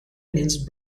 against